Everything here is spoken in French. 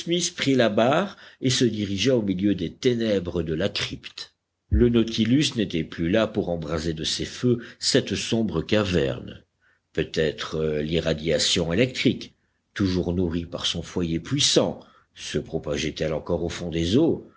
prit la barre et se dirigea au milieu des ténèbres de la crypte le nautilus n'était plus là pour embraser de ses feux cette sombre caverne peut-être l'irradiation électrique toujours nourrie par son foyer puissant se propageait elle encore au fond des eaux